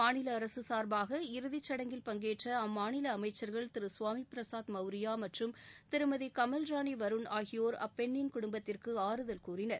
மாநில அரசு சார்பாக இறுதி சடங்கில் பங்கேற்ற அம்மாநில அமைச்சர்கள் திரு கவாமி பிரசாத் மௌரியா மற்றும் திருமதி கமல்ரானி வருண் ஆகியோர் அப்பெண்ணின் குடும்பத்திற்கு ஆறுதல் கூறினர்